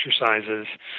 exercises